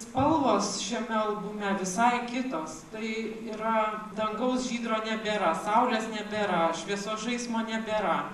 spalvos šiame albume visai kitos tai yra dangaus žydro nebėra saulės nebėra šviesos žaismo nebėra